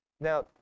Now